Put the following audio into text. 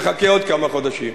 נחכה עוד כמה חודשים.